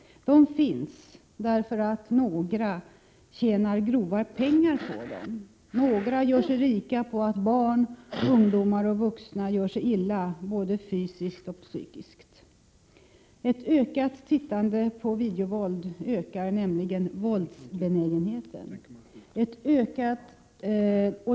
De finns därför att några tjänar grova pengar på dem. Några gör sig rika på att barn, ungdomar och vuxna skadas både fysiskt och psykiskt. Ett ökat tittande på videovåld ökar nämligen våldsbenägenheten.